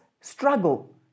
struggle